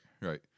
right